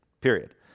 period